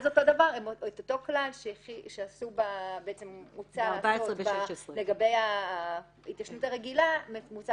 את אותו כלל שרצו לעשות לגבי ההתיישנות הרגילה מוצע